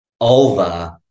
over